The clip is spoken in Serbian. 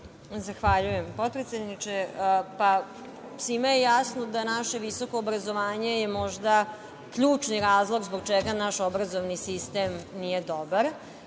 Zahvaljujem, potpredsedniče. Svima je jasno da je naše visoko obrazovanje možda ključni razlog zbog čega naš obrazovni sistem nije dobar.